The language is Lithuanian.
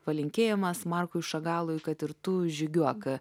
palinkėjimas markui šagalui kad ir tu žygiuok